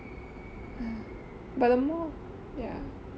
but the more ya